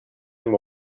him